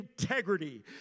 integrity